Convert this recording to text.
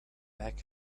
back